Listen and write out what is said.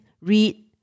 read